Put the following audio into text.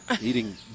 eating